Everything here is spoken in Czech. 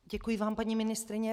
Děkuji vám, paní ministryně.